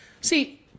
See –